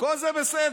כל זה בסדר.